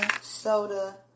soda